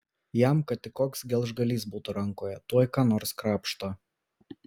jam kad tik koks gelžgalys būtų rankoje tuoj ką nors krapšto